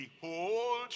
behold